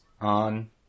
on